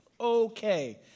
Okay